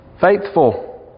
faithful